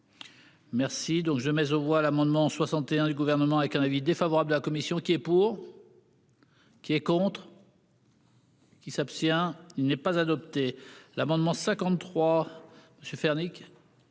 Merci donc je mais aux voix l'amendement 61 du gouvernement avec un avis défavorable de la commission qui est pour.-- Qui est contre.-- Qui s'abstient. Il n'est pas adopté l'amendement 53 je faire